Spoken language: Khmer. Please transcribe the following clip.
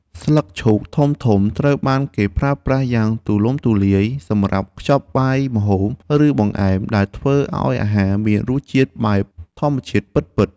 ស្លឹកឈូកធំៗត្រូវបានគេប្រើប្រាស់យ៉ាងទូលំទូលាយសម្រាប់ខ្ចប់បាយម្ហូប ឬបង្អែមដែលធ្វើឱ្យអាហារមានរសជាតិបែបធម្មជាតិពិតៗ។